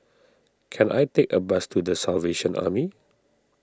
can I take a bus to the Salvation Army